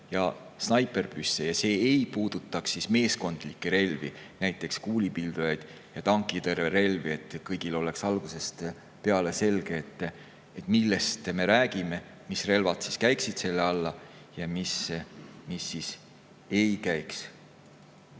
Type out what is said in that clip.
ja snaipripüsse ning see ei puudutaks meeskondlikke relvi, näiteks kuulipildujaid ja tankitõrjerelvi. Et kõigil oleks algusest peale selge, millest me räägime, mis relvad käiksid selle alla ja mis ei käiks.